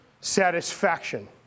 satisfaction